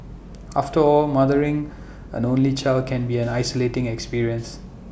after all mothering an only child can be an isolating experience